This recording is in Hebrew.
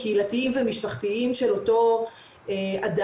קהילתיים ומשפחתיים של אותו אדם.